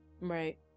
right